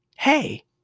Hey